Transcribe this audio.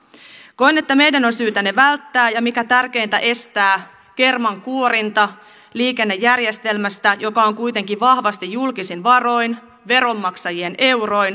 koen että meidän on syytä ne välttää ja mikä tärkeintä estää kermankuorinta liikennejärjestelmästä joka on kuitenkin vahvasti julkisin varoin veronmaksajien euroin subventoitu